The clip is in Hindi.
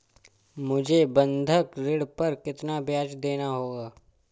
मुझे बंधक ऋण पर कितना ब्याज़ देना होगा?